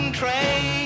train